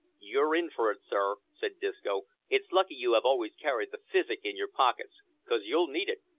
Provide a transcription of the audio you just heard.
you're in for it sir, said disco. it's lucky you have always carried the physic in your pockets, cause you'll need it,